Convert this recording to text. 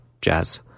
jazz